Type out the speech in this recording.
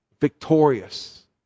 victorious